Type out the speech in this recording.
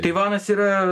taivanas yra